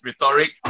rhetoric